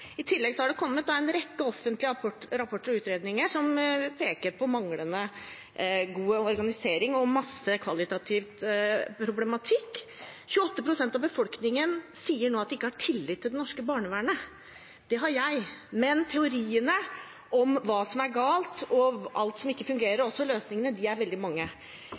I tillegg har det kommet en rekke offentlige rapporter og utredninger som peker på manglende organisering og mye kvalitativ problematikk. 28 pst. av befolkningen sier nå at de ikke har tillit til det norske barnevernet. Det har jeg. Men teoriene om hva som er galt, om alt som ikke fungerer, og om løsningene, er veldig mange.